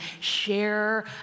share